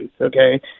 Okay